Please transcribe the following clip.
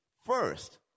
first